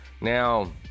Now